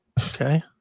Okay